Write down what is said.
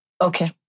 Okay